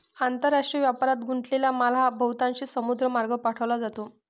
आंतरराष्ट्रीय व्यापारात गुंतलेला माल हा बहुतांशी समुद्रमार्गे पाठवला जातो